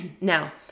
Now